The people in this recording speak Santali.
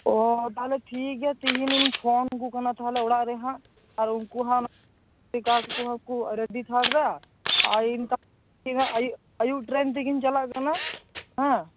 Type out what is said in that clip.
ᱛᱚ ᱛᱟᱦᱞᱮ ᱴᱷᱤᱠᱜᱮᱭᱟ ᱛᱤᱦᱤᱧ ᱤᱧ ᱯᱷᱳᱱᱟᱠᱚ ᱠᱟᱱᱟ ᱛᱟᱦᱚᱞᱮ ᱚᱲᱟᱜ ᱨᱮᱦᱟᱸᱜ ᱟᱨ ᱩᱱᱠᱩᱦᱚᱸ ᱨᱮᱰᱤ ᱛᱷᱟᱠᱵᱮ ᱟᱨ ᱟᱹᱭᱩᱵ ᱴᱨᱮᱱ ᱛᱮᱜᱤᱧ ᱪᱟᱞᱟᱜ ᱠᱟᱱᱟ ᱦᱟᱸ